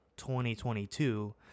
2022